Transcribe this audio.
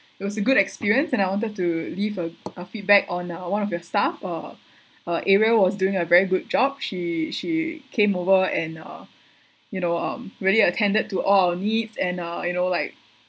it was a good experience and I wanted to leave a a feedback on uh one of your staff uh uh ariel was doing a very good job she she came over and uh you know um really attended to all our needs and uh you know like